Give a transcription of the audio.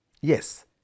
Yes